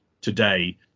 today